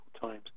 times